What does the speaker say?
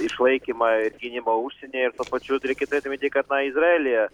išlaikymą ir gynimą užsienyje ir tuo pačiu reikia turėt atminty kad izraelyje